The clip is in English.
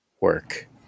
work